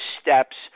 steps